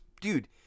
Dude